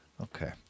Okay